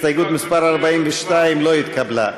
הסתייגות מס' 42 לא התקבלה.